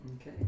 Okay